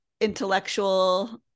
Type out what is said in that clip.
intellectual